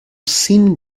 sin